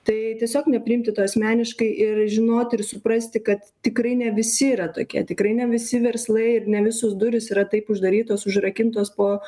tai tiesiog nepriimti to asmeniškai ir žinoti ir suprasti kad tikrai ne visi yra tokie tikrai ne visi verslai ir ne visos durys yra taip uždarytos užrakintos po